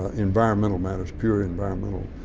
ah environmental matters pure environmental,